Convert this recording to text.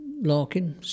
Larkin